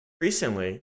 recently